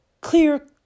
clear